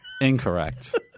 incorrect